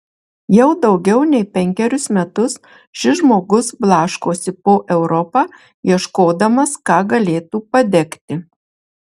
jau daugiau nei penkerius metus šis žmogus blaškosi po europą ieškodamas ką galėtų padegti